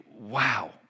wow